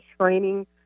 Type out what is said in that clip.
training